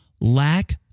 Lack